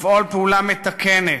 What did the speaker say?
לפעול פעולה מתקנת.